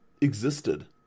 existed